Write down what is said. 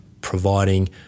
providing